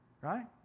right